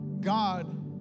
God